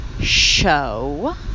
show